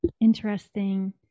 interesting